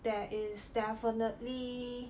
there is definitely